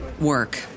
work